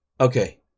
Okay